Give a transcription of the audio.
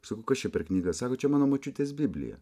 sakau kas čia per knyga sako čia mano močiutės biblija